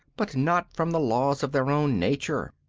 but not from the laws of their own nature.